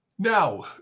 Now